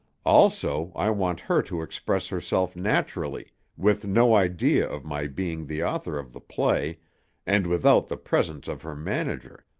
also, i want her to express herself naturally with no idea of my being the author of the play and without the presence of her manager.